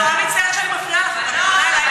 אני נורא מצטערת שאני מפריעה לך.